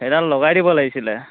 সেইডাল লগাই দিব লাগিছিলে